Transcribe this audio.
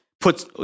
puts